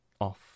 off